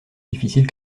difficile